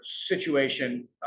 situation